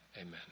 Amen